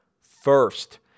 first